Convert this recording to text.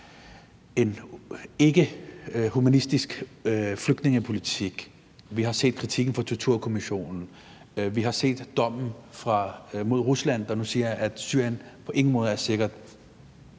en ikkehumanistisk flygtningepolitik. Vi har set kritikken fra Torturkommissionen; vi har set dommen mod Rusland, der nu siger, at Syrien på ingen måde er sikkert.